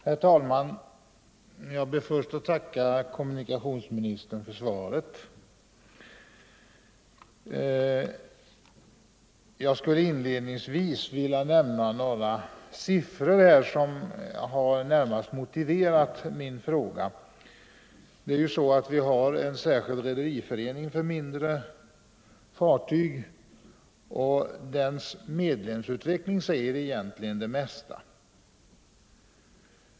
Herr talman! Jag ber att få tacka kommunikationsministern för svaret. Inledningsvis skulle jag vilja nämna några siffror, det är de som närmast har motiverat min fråga. Det finns en särskild rederiförening för mindre fartyg, och dess medlemsutveckling säger egentligen det mesta.